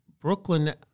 Brooklyn